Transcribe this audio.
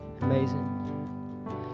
amazing